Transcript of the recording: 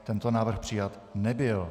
Tento návrh přijat nebyl.